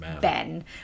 Ben